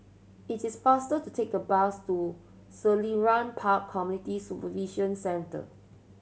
it is faster to take the bus to Selarang Park Community Supervision Centre